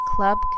Club